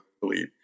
believe